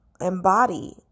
embody